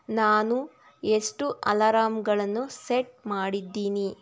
ನಾನು ಎಷ್ಟು ಅಲಾರಾಮ್ಗಳನ್ನು ಸೆಟ್ ಮಾಡಿದ್ದೀನಿ